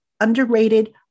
underrated